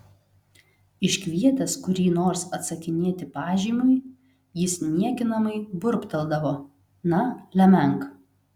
iškvietęs kurį nors atsakinėti pažymiui jis niekinamai burbteldavo na lemenk